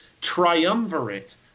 triumvirate